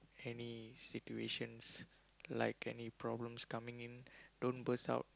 any situations like any problems coming in don't burst out